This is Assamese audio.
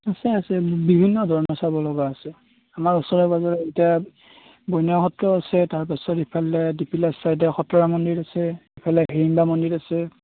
আছে আছে বিভিন্ন ধৰণৰ চাব লগা আছে আমাৰ ওচৰে পাজৰে এতিয়া বনীয়া সত্ৰ আছে তাৰপাছত ইফালে দীপিলা চাইডে খটৰা মন্দিৰ আছে ইফালে হিড়িম্বা মন্দিৰ আছে